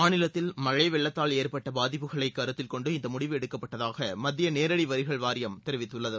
மாநிலத்தில் மழை வெள்ளத்தால் ஏற்பட்ட பாதிப்புகளை கருத்தில் கொண்டு இந்த முடிவு எடுக்கப்பட்டதாக மத்திய நேரடி வரிகள் வாரியம் தெரிவித்துள்ளது